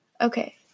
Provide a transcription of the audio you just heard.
Okay